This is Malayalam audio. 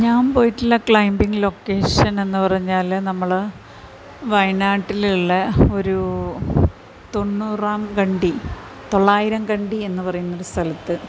ഞാൻ പോയിട്ടുള്ള ക്ലൈംബിംഗ് ലൊക്കേഷൻ എന്ന് പറഞ്ഞാൽ നമ്മൾ വയനാട്ടിലുള്ള ഒരു തൊണ്ണൂറാം കണ്ടി തൊള്ളായിരം കണ്ടി എന്ന് പറയുന്നൊരു സ്ഥലത്ത്